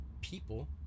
people